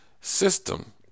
system